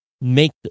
make